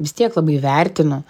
vis tiek labai vertinu